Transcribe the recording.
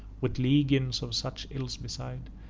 with legions of such ills beside,